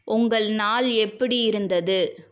உங்கள் நாள் எப்படி இருந்தது